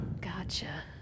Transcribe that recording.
Gotcha